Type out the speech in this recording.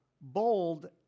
bold